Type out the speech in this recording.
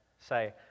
say